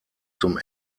zum